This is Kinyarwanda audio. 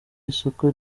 isoko